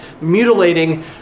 mutilating